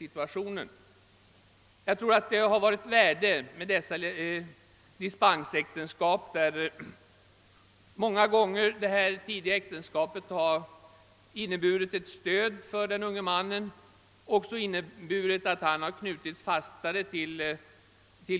Möjligheten till dessa dispensäktenskap har många gånger varit av värde. Det tidigare äktenskapet har inneburit ett stöd för den unge mannen och har också medfört att han knutits fastare till